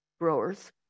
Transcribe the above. growers